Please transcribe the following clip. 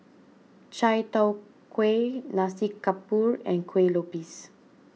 Chai Tow Kuay Nasi Campur and Kueh Lupis